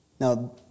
Now